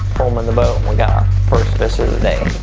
pull him in the boat. we got our first fish of the day.